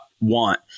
want